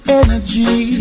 energy